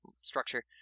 structure